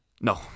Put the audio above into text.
No